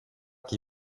qui